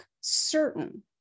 certain